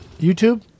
YouTube